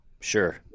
sure